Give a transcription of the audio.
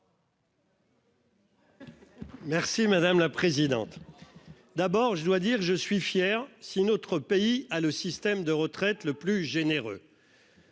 Merci madame la présidente. D'abord je dois dire que je suis fier si notre pays a le système de retraite le plus généreux.